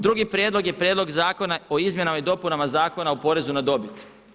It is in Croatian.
Drugi prijedlog je prijedlog Zakona o izmjenama i dopunama Zakona o porezu na dobit.